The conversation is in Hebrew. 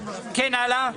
כן, הלאה.